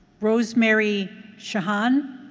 rosemary shahan?